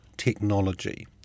technology